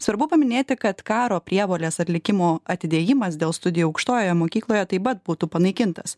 svarbu paminėti kad karo prievolės atlikimo atidėjimas dėl studijų aukštojoje mokykloje taip pat būtų panaikintas